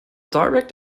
direct